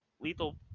Lethal